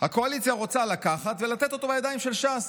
הקואליציה רוצה לקחת ולתת בידיים של ש"ס,